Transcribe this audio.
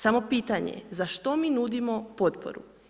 Samo pitanje, za što mi nudimo potporu?